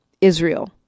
Israel